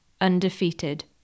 undefeated